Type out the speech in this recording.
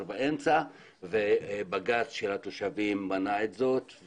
באמצע ובג"ץ שהגישו התושבים מנע זאת.